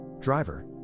Driver